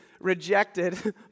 rejected